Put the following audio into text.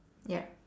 ya